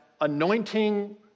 anointing